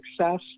success